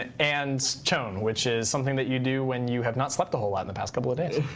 and and chown, which is something that you do when you have not slept a whole lot in the past couple of days.